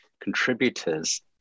contributors